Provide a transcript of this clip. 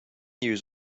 years